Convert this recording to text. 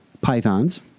Pythons